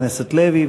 חבר הכנסת לוי.